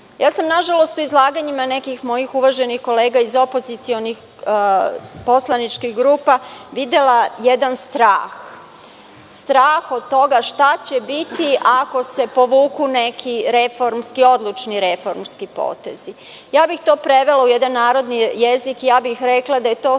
sam nažalost u izlaganjima nekih svojih uvaženih kolega iz opozicionih poslaničkih grupa videla jedan strah, strah od toga šta će biti, ako se povuku neki reformski odlučni potezi. Ja bih to prevela u jedan narodni jezik i rekla bih da je to strah